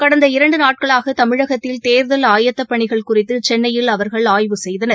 கடந்த இரண்டுநாட்களாகதமிழகத்தில் தேர்தல் ஆயத்தப் பணிகள் குறித்துசென்னையில் அவர்கள் ஆய்வு செய்தனர்